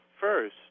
First